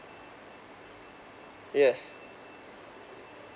yes